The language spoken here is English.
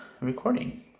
recording